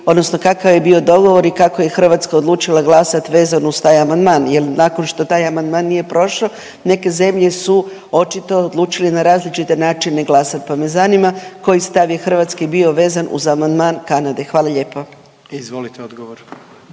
odnosno kakav je bio dogovor i kako je Hrvatska odlučila glasat vezano uz taj amandman? Jel nakon što taj amandman nije prošao neke zemlje su očito odlučile na različite načine glasat, pa me zanima koji stav je hrvatski bio vezan uz amandman Kanade. Hvala lijepa. **Jandroković,